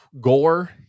gore